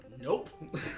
Nope